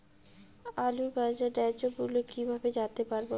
আলুর বাজার ন্যায্য মূল্য কিভাবে জানতে পারবো?